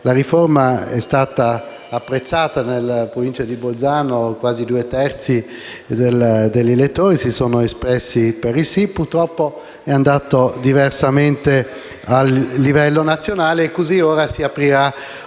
la riforma è stata apprezzata: in provincia di Bolzano quasi due terzi degli elettori si sono espressi a favore del sì, ma purtroppo è andata diversamente a livello nazionale e quindi ora si aprirà